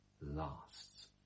lasts